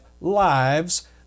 lives